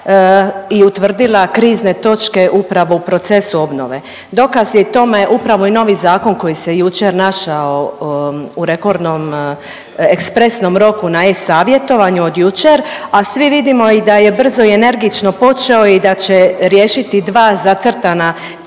i utvrdila krizne točke upravo u procesu obnove, dokazi tome upravo je novi zakon koji se jučer našao u rekordnom, ekspresnom roku na e-Savjetovanju od jučer, a svi vidimo da je brzo i energično počeo i da će riješiti 2 zacrtana cilja,